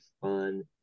fun